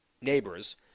neighbors